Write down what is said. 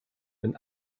denn